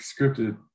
scripted